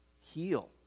heal